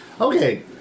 Okay